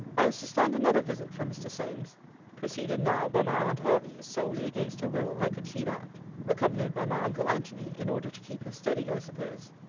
i was to stand another visit from mr. solmes preceded now by my aunt hervey, solely against her will, i could see that accompanied by my uncle antony, in order to keep her steady, i suppose.